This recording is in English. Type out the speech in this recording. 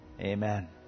amen